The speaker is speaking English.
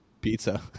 pizza